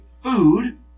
food